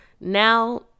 Now